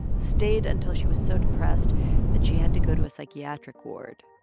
stayed until she was so depressed that she had to go to a psychiatric ward,